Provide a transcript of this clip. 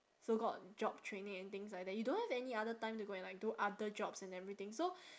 so called job training and things like that you don't have any other time to go and like do other jobs and everything so